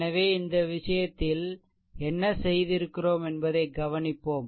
எனவே இந்த விஷயத்தில் என்ன செய்திருக்கிறோம் என்பதை கவனிப்போம்